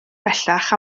bellach